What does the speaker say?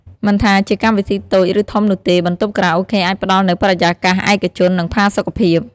មិនថាជាកម្មវិធីតូច ឬធំនោះទេ បន្ទប់ខារ៉ាអូខេអាចផ្តល់នូវបរិយាកាសឯកជន និងផាសុកភាព។